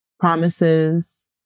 promises